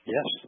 Yes